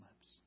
lips